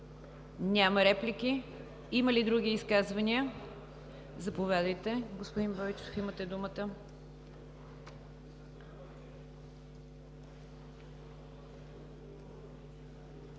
Няма. Има ли други изказвания? Заповядайте, господин Бойчев – имате думата.